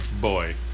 boy